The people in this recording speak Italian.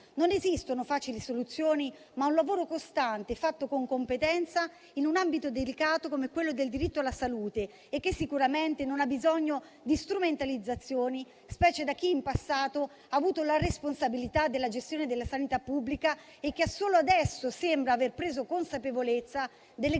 Non esistono facili soluzioni, ma esiste un lavoro costante, fatto con competenza, in un ambito delicato come quello del diritto alla salute, che sicuramente non ha bisogno di strumentalizzazioni, specie da chi in passato ha avuto la responsabilità della gestione della sanità pubblica e che solo adesso sembra aver preso consapevolezza delle gravi